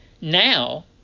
Now